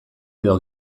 edo